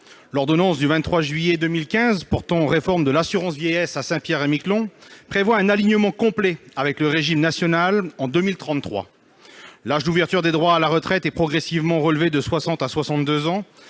L'ordonnance du 23 juillet 2015 portant réforme de l'assurance vieillesse à Saint-Pierre-et-Miquelon prévoit un alignement complet avec le régime de droit commun national en 2033. L'âge d'ouverture des droits à retraite est progressivement relevé de 60 ans à 62 ans